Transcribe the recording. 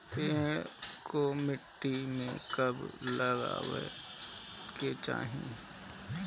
पौधे को मिट्टी में कब लगावे के चाही?